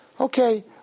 Okay